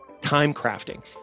timecrafting